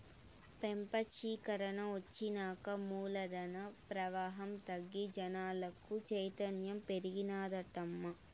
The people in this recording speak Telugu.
పెపంచీకరన ఒచ్చినాక మూలధన ప్రవాహం తగ్గి జనాలకు చైతన్యం పెరిగినాదటమ్మా